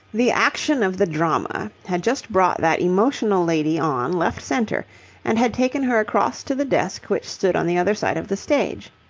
the action of the drama had just brought that emotional lady on left centre and had taken her across to the desk which stood on the other side of the stage.